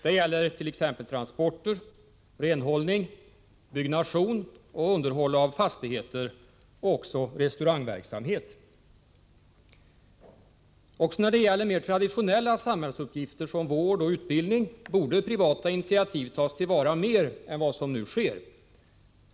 Det gäller t.ex. transporter, renhållning, byggnation och underhåll av fastigheter samt restaurangverksamhet. Också när det gäller mer traditionella samhällsuppgifter som vård och utbildning borde privata initiativ tas till vara mer än vad som nu sker.